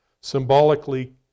Symbolically